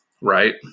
Right